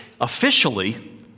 officially